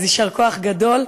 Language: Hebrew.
אז יישר כוח גדול.